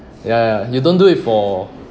ya ya you don't do it for